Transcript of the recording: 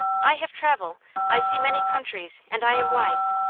i have travel i see many countries and i am wise.